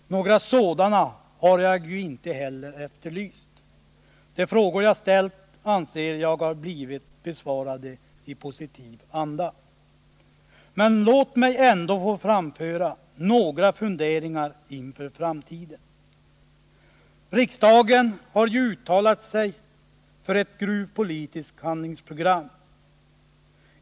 Några sådana har jag inte heller efterlyst. De frågor jag ställt anser jag har blivit besvarade i positiv anda. Låt mig ändå få framföra några funderingar inför framtiden. Riksdagen har ju uttalat sig för ett gruvpolitiskt handlingsprogram.